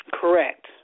Correct